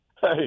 Hey